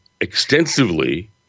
extensively